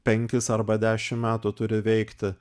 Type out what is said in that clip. penkis arba dešimt metų turi veikti